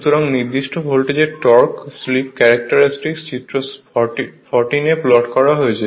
সুতরাং নির্দিষ্ট ভোল্টেজের টর্ক স্লিপ ক্যারেক্টারিস্টিক চিত্র 14 এ প্লট করা হয়েছে